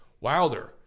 Wilder